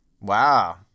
Wow